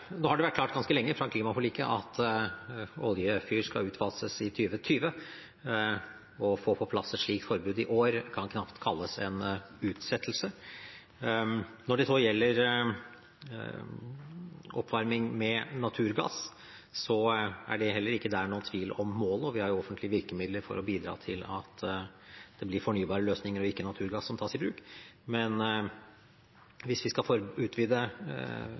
Nå har det vært klart ganske lenge, siden klimaforliket, at oljefyr skal utfases i 2020. Å få på plass et slikt forbud i år kan knapt kalles en utsettelse. Når det så gjelder oppvarming med naturgass, er det heller ikke der noen tvil om målet. Vi har jo offentlige virkemidler for å bidra til at det blir fornybare løsninger som tas i bruk, og ikke naturgass. Men hvis vi skal utvide